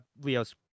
Leo's